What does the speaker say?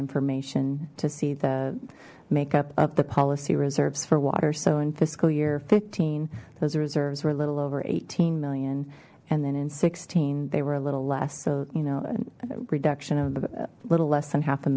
information to see the makeup of the policy reserves for water so in fiscal year fifteen those reserves were a little over eighteen million and then in sixteen they were a little less so you know a reduction of a little less than half a